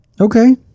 okay